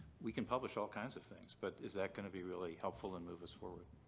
we can publish all kinds of things, but is that going to be really helpful and move us forward?